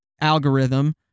algorithm